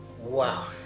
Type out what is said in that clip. Wow